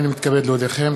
הנני מתכבד להודיעכם,